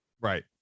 right